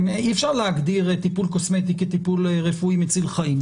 אי אפשר להגדיר טיפול קוסמטי כטיפול רפואי מציל חיים,